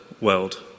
world